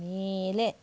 ಮೇಲೆ